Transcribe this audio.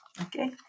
okay